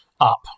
up